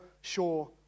sure